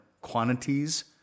quantities